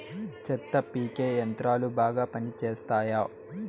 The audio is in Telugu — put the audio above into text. చెత్త పీకే యంత్రాలు బాగా పనిచేస్తాయా?